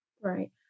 Right